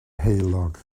heulog